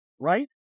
right